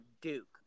Duke